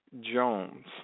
Jones